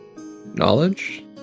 knowledge